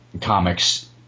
comics